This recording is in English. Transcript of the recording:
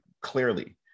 clearly